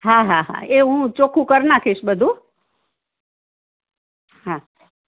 હા હા હા એ હું ચોખૂ કર નાખીશ બધુ હા